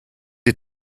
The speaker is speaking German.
die